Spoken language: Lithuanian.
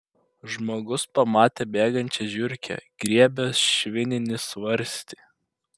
žmogus pamatė bėgančią žiurkę griebia švininį svarstį